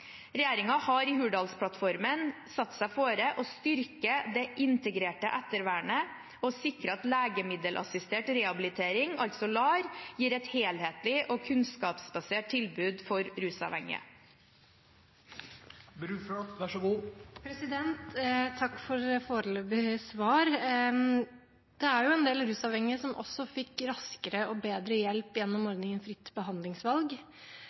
har i Hurdalsplattformen satt seg fore å styrke det integrerte ettervernet og sikre at legemiddelassistert rehabilitering, LAR, gir et helhetlig og kunnskapsbasert tilbud for rusavhengige. Takk for foreløpig svar. Det er en del rusavhengige som også fikk raskere og bedre hjelp gjennom ordningen Fritt behandlingsvalg,